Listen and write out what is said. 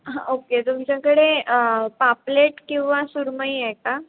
हा ओके तुमच्याकडे पापलेट किंवा सुरमई आहे का